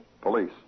Police